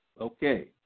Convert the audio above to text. Okay